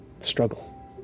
struggle